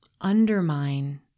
undermine